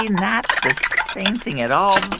not this same thing at all,